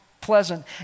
pleasant